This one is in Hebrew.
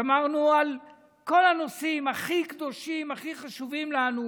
שמרנו על כל הנושאים הכי קדושים, הכי חשובים לנו.